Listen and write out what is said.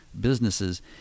businesses